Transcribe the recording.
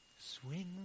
Swing